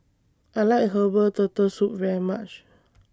I like Herbal Turtle Soup very much